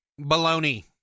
Baloney